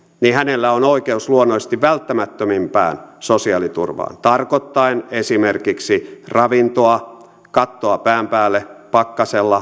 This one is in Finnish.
niin hänellä on oikeus luonnollisesti välttämättömimpään sosiaaliturvaan tarkoittaen esimerkiksi ravintoa kattoa pään päälle pakkasella